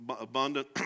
abundant